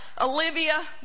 Olivia